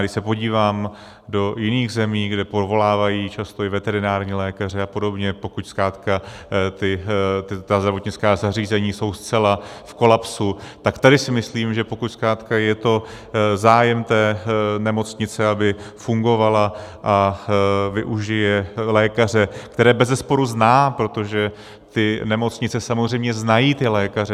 A když se podívám do jiných zemí, kde povolávají často i veterinární lékaře a podobně, pokud zkrátka ta zdravotnická zařízení jsou zcela v kolapsu, tak tady si myslím, že pokud zkrátka je to zájem té nemocnice, aby fungovala, a využije lékaře, které bezesporu zná, protože ty nemocnice samozřejmě ty lékaře znají.